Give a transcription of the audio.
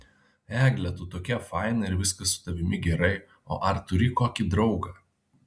egle tu tokia faina ir viskas su tavimi gerai o ar turi kokį draugą